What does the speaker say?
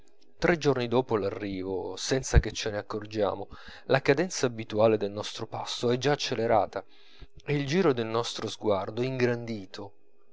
tre giorni dopo l'arrivo senza che ce n'accorgiamo la cadenza abituale del nostro passo è già accelerata e il giro del nostro sguardo ingrandito